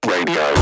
Radio